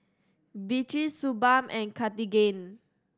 Vichy Suu Balm and Cartigain